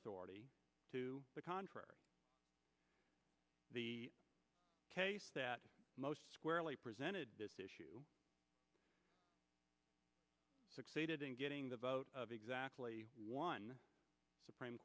authority to the contrary the case that most squarely presented this issue succeeded in getting the vote of exactly one supreme